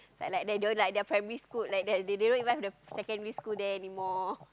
like they don't like the primary school like that they don't even have the secondary school there anymore